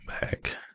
back